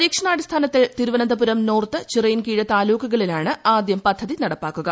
പരീക്ഷണാടിസ്ഥാനത്തിൽ തിരുവനന്തപുരം നോർത്ത് ചിറയിൻകീഴ് താലൂക്കുകളിലാണ് ആദ്യം പദ്ധതി നടപ്പാക്കുക